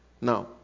now